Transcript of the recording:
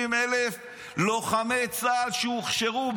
70,000 לוחמי צה"ל שהוכשרו,